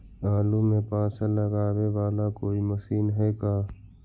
आलू मे पासा लगाबे बाला कोइ मशीन है का?